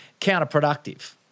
counterproductive